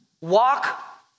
walk